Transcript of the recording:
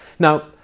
now,